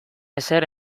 ezer